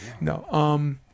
No